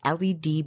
led